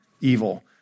evil